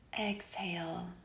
Exhale